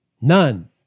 None